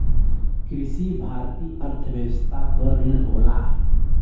कृषि भारतीय अर्थव्यवस्था क रीढ़ होला